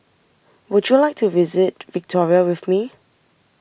would you like to visit Victoria with me